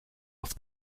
off